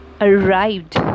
arrived